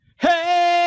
Hey